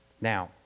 Now